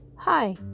Hi